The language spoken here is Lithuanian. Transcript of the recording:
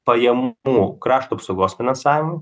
pajamų krašto apsaugos finansavimui